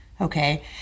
okay